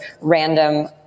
random